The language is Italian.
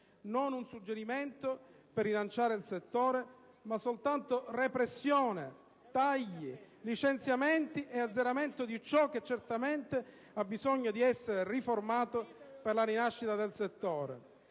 non un suggerimento per rilanciare il settore, ma soltanto repressione, tagli, licenziamenti e azzeramento di ciò che certamente ha bisogno di essere riformato. L'impostazione